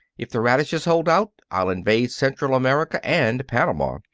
if the radishes hold out i'll invade central america and panama.